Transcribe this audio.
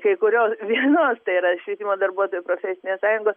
kai kurio vienos tai yra švietimo darbuotojų profesinės sąjungos